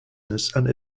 business